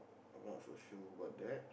I'm not so sure about that